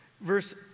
verse